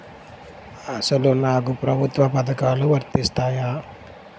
అసలు నాకు ప్రభుత్వ పథకాలు వర్తిస్తాయా?